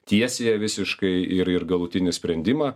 tiesiąją visiškai ir ir galutinį sprendimą